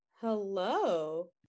Hello